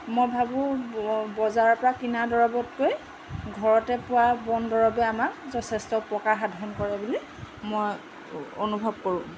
মই ভাবোঁ বজাৰৰপৰা কিনা দৰৱতকৈ ঘৰতে পোৱা বনদৰৱে আমাক যথেষ্ট উপকাৰ সাধন কৰে বুলি মই অনুভৱ কৰোঁ